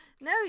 No